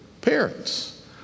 parents